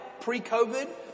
pre-COVID